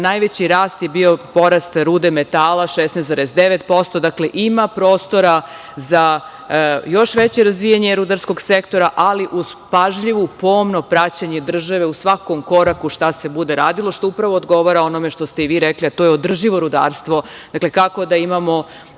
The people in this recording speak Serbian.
Najveći rast je bio porast rude metala, 16,9%. Ima prostora za još veće razvijanje rudarskog sektora, ali uz pažljivo pomno praćenje države u svakom koraku šta se bude radilo, što upravo odgovara onome što ste i vi rekli, a to je održivo rudarstvo, kako da imamo